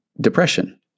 depression